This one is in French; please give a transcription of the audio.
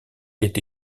est